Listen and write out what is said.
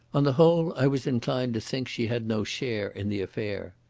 on the whole i was inclined to think she had no share in the affair.